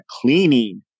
cleaning